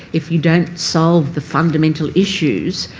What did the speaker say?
if you don't solve the fundamental issues,